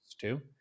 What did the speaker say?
two